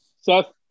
Seth